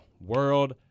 World